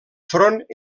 front